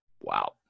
Wow